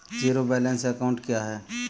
Zero balance account क्या है?